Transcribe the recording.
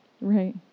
Right